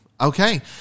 Okay